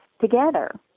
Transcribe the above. together